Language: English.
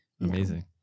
Amazing